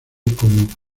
como